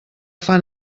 fan